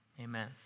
amen